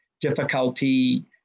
difficulty